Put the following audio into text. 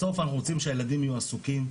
בסוף אנחנו רוצים שהילדים יהיו עסוקים,